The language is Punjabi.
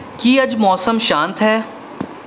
ਕੀ ਅੱਜ ਮੌਸਮ ਸ਼ਾਂਤ ਹੈ